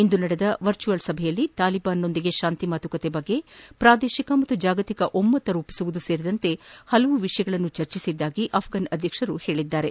ಇಂದು ನಡೆದ ವರ್ಚುಯಲ್ ಸಭೆಯಲ್ಲಿ ತಾಲಿಬಾನ್ನೊಂದಿಗೆ ಶಾಂತಿ ಮಾತುಕತೆ ಕುರಿತು ಪ್ರಾದೇಶಿಕ ಹಾಗೂ ಜಾಗತಿಕ ಒಮ್ಮತ ರೂಪಿಸುವುದು ಸೇರಿದಂತೆ ಹಲವು ವಿಷಯಗಳನ್ನು ಚರ್ಚಿಸಿದ್ದಾಗಿ ಅಫ್ಪಾನ್ ಅಧ್ಯಕ್ಷರು ಹೇಳಿದ್ದಾರೆ